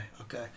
okay